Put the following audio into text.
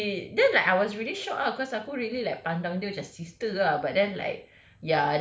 she then like I was really shocked lah cause aku really like pandang dia macam sister ah but then like